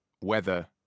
weather